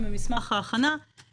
קיימת קודם כלומר ממנים מאגר נאמנים.